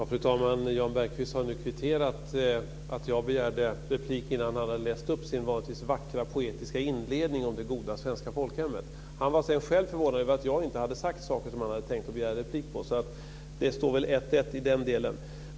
Fru talman! Jan Bergqvist har nu kvitterat att jag begärde replik innan han hade läst upp sin, vanligtvis, vackra poetiska inledning om det goda svenska folkhemmet. Han var sedan själv förvånad över att jag inte hade sagt saker som han hade tänkt begära replik på, så i den delen står det väl 1-1.